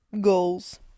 goals